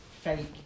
fake